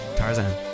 Tarzan